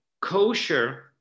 kosher